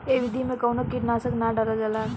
ए विधि में कवनो कीट नाशक ना डालल जाला